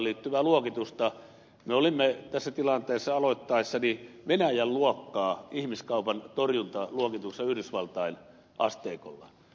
me olimme tässä toiminnassa aloittaessani venäjän luokkaa ihmiskaupan torjuntaluokituksessa yhdysvaltain asteikolla